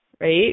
right